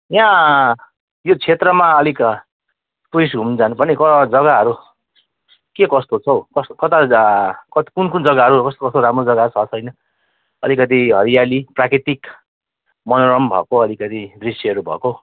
ए यहाँ यो क्षेत्रमा अलिक टुरिस्टहरू घुमाउनु जानुपर्ने जग्गाहरू के कस्तो छ हौ कस् कता जा कुन कुन जग्गाहरू कस्तो कस्तो राम्रो जग्गा छ छैन अलिकति हरियाली प्राकृतिक मनोरम भएको अलिकति दृश्यहरू भएको